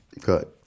Good